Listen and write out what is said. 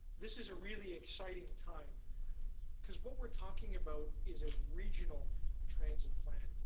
this is a really exciting time because what we're talking about is a regional transit plan.